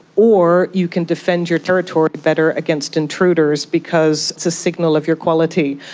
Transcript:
or you can defend your territory better against intruders because it's a signal of your quality.